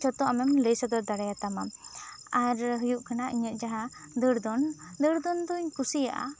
ᱡᱚᱛᱚ ᱟᱢᱮᱢ ᱞᱟᱹᱭ ᱥᱚᱫᱚᱨ ᱫᱟᱲᱮᱭᱟᱛᱟᱢᱟ ᱟᱨ ᱦᱩᱭᱩᱜ ᱠᱟᱱᱟ ᱤᱧᱟᱹᱜ ᱡᱟᱦᱟᱸ ᱫᱟᱹᱲ ᱫᱚᱱ ᱫᱟᱹᱲ ᱫᱚᱱ ᱫᱚᱹᱧ ᱠᱩᱥᱤᱭᱟᱜᱼᱟ